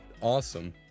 Awesome